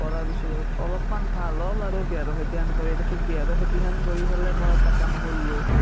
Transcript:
কৰাৰ পিছত অলপমান ভাল হ'ল আৰু বেহাৰৰ খেতিখান কৰি তাৰপিছত বেহাৰৰ খেতিখান কৰি পেলাই মই এটা কাম কৰিলোঁ